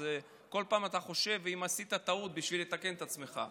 אז כל פעם אתה חושב אם עשית טעות כדי לתקן את עצמך,